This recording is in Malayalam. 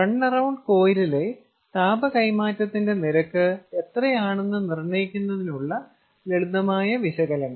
റൺ എറൌണ്ട് കോയിലിലെ താപ കൈമാറ്റത്തിന്റെ നിരക്ക് എത്രയാണെന്ന് നിർണ്ണയിക്കുന്നതിനുള്ള ലളിതമായ വിശകലനം